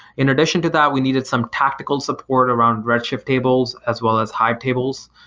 in addition to that, we needed some tactical support around redshift tables as well as high tables,